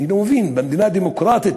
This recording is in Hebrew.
אני לא מבין, במדינה דמוקרטית